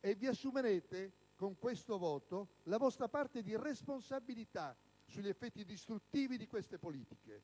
e vi assumerete con questo voto la vostra parte di responsabilità negli effetti distruttivi di queste politiche.